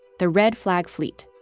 the red flag fleet.